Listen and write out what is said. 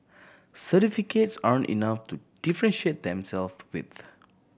certificates aren't enough to differentiate themself with